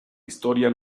historia